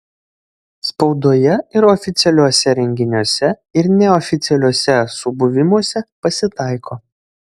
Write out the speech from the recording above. spaudoje ir oficialiuose renginiuose ir neoficialiuose subuvimuose pasitaiko